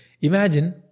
Imagine